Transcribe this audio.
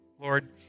Lord